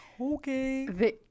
Okay